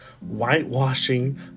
whitewashing